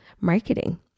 marketing